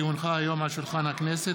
כי הונחה על היום על שולחן הכנסת,